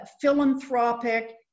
philanthropic